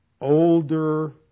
older